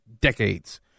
decades